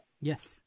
Yes